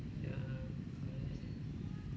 yeah correct